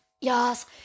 Yes